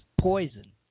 poison